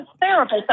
therapist